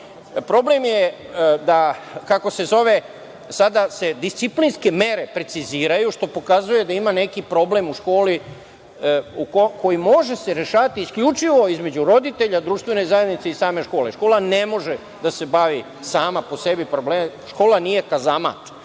diskriminacija Roma. Sada se disciplinske mere preciziraju, što pokazuje da ima neki problem u školi koji se može rešavati isključivo između roditelja, društvene zajednice i same škole. Škola ne može da se bavi sama po sebi tim problemima, škola nije kazamat